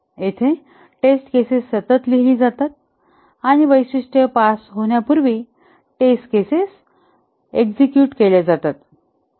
येथे test cases सतत लिहिली जातात आणि वैशिष्ट्य पास होण्यापूर्वी टेस्ट केसेस अंमलात आणल्या जातात